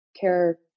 care